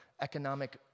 economic